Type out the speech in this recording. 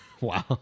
Wow